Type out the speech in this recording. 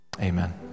Amen